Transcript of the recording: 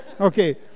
Okay